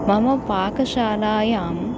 मम पाकशालायां